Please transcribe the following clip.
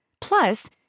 Plus